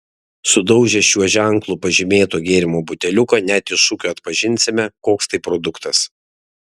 sudaužę šiuo ženklu pažymėto gėrimo buteliuką net iš šukių atpažinsime koks tai produktas